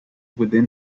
within